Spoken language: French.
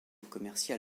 commercial